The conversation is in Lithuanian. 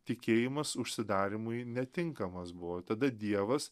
tikėjimas užsidarymui netinkamas buvo tada dievas